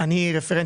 תמיכות,